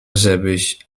żebyś